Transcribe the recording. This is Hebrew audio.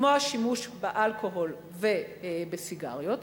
כמו השימוש באלכוהול ובסיגריות,